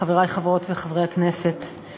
חברי חברות וחברי הכנסת,